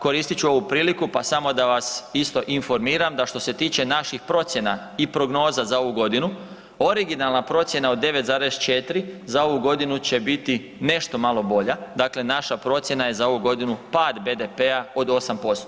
Koristit ću ovu priliku, pa samo da vas isto informiram da što se tiče naših procjena i prognoza za ovu godinu originalna procjena od 9,4 za ovu godinu će bi nešto malo bolja, dakle naša procjena je za ovu godinu pad BDP-a od 8%